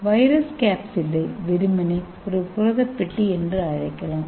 virus கேப்சிட்டை வெறுமனே ஒரு புரத பெட்டி என்று அழைக்கலாம்